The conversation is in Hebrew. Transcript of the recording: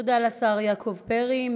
תודה לשר יעקב פרי.